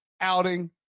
outing